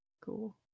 cool